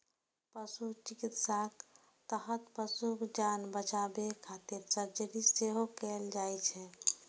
पशु चिकित्साक तहत पशुक जान बचाबै खातिर सर्जरी सेहो कैल जाइ छै